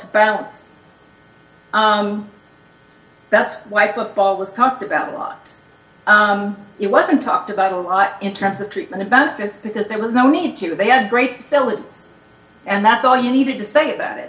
balance that's why football was talked about a lot it wasn't talked about a lot in terms of treatment benefits because there was no need to they had great sell it and that's all you needed to say about it